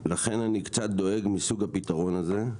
נכון, לכן אני קצת דואג מסוג הפתרון הזה.